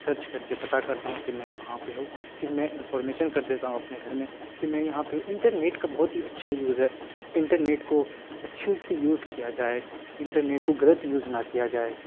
search کر کے پتہ کرتا ہوں کہ میں کہاں پہ ہو پھر میں انفارمیشن کر دیتا ہوں اپنے گھر میں کہ میں یہاں پہ ہوں انٹرنیٹ کا بہت ہی اچھا یوز ہے انٹرنیٹ کو اچھے سے یوز کیا جائے انٹرنیٹ کو غلط یوز نہ کیا جائے